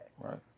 Right